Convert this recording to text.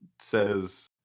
says